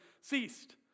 ceased